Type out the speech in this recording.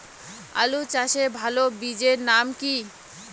আলু চাষের ভালো বীজের নাম কি?